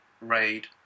raid